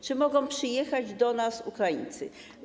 Czy mogą przyjechać do nas Ukraińcy?